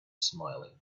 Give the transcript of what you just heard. smiling